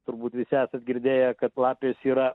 turbūt visi esat girdėję kad lapės yra